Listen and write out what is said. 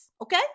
okay